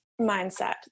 mindset